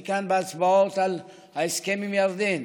הייתי כאן בהצבעות על ההסכם עם ירדן,